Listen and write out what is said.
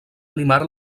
animar